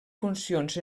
funcions